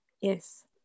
Yes